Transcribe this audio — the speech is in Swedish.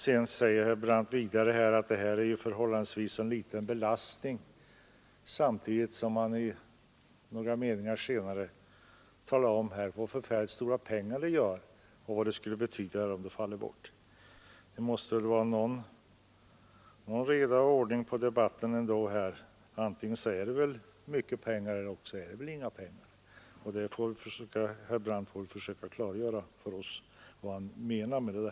Vidare säger herr Brandt att det här är en förhållandevis liten belastning, samtidigt som han några meningar senare talar om hur förfärligt mycket pengar det rör sig om och vad ett bortfall skulle betyda. Det måste väl vara någon ordning och reda i debatten — antingen är det mycket pengar eller också är det inga pengar. Herr Brandt får försöka klargöra för oss vad han menar.